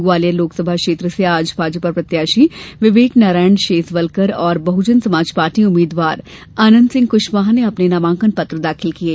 ग्वालियर लोकसभा क्षेत्र से आज भाजपा प्रत्याशी विवेक नारायण शेजवलकर और बहुजन समाज पार्टी उम्मीदवार आनंद सिंह कुशवाह ने अपने नामांकन पत्र दाखिल किये